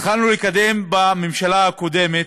התחלנו לקדם בממשלה הקודמת,